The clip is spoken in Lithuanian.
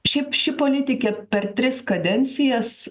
šiaip ši politikė per tris kadencijas